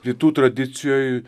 rytų tradicijoj